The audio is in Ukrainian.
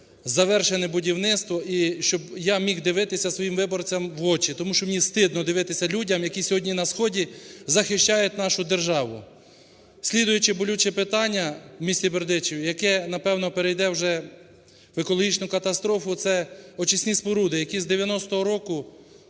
завершене будівництво і щоб я міг дивитися своїм виборцям в очі, тому що мені стидно дивитися людям, які сьогодні на Сході захищають нашу державу. Слідуючеболюче питання в місті Бердичів, яке, напевно, перейде вже в екологічну катастрофу, - це очисні споруди, які з 1990 року